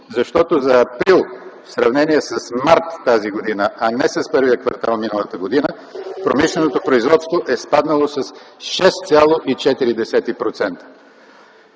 Защото за м. април в сравнение с м. март 2010 г., а не с първия квартал на миналата година промишленото производство е спаднало с 6,4%.